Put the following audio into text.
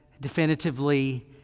definitively